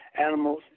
animals